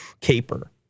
Caper